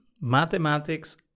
mathematics